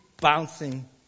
bouncing